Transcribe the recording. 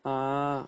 ah